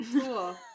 Cool